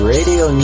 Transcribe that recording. Radio